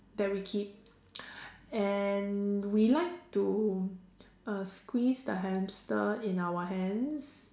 that we keep and we like to uh squeeze the hamster in our hands